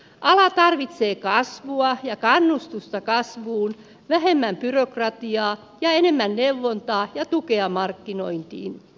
ala tarvitsee kasvua ja kannustusta kasvuun vähemmän byrokratiaa ja enemmän neuvontaa ja tukea markkinointiin